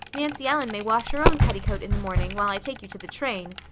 nancy ellen may wash her own petticoat in the morning, while i take you to the train.